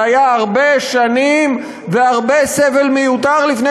זה היה לפני הרבה שנים והרבה סבל מיותר עד